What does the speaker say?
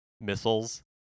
missiles